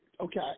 Okay